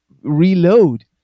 reload